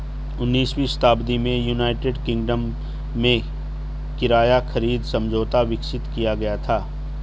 उन्नीसवीं शताब्दी में यूनाइटेड किंगडम में किराया खरीद समझौता विकसित किया गया था